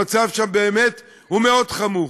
המצב שם באמת מאוד חמור,